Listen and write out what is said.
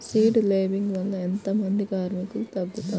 Seed లేంబింగ్ వల్ల ఎంత మంది కార్మికులు తగ్గుతారు?